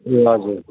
ए हजुर